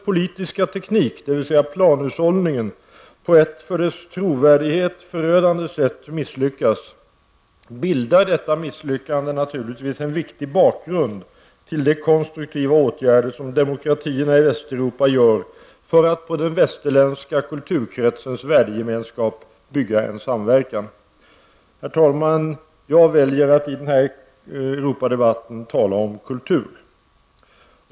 planhushållningen, på ett för dess trovärdighet förödande sätt misslyckas, bildar detta misslyckande naturligtvis en viktig bakgrund till de konstruktiva åtgärder som demokratierna i Västeuropa vidtar för att på den västerländska kulturkretsens värdegemenskap bygga en samverkan. Herr talman! Jag väljer att i denna Europadebatt tala om kultur.